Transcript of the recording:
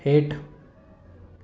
हेठि